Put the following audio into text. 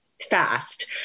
fast